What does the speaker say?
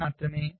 ఇది ఒక ఉదాహరణ